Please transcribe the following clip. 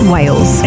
Wales